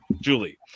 julie